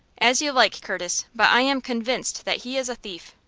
as you like, curtis but i am convinced that he is a thief.